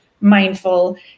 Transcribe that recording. mindful